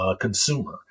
consumer